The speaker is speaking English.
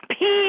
Peace